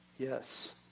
Yes